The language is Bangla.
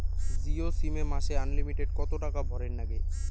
জিও সিম এ মাসে আনলিমিটেড কত টাকা ভরের নাগে?